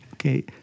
Okay